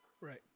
Right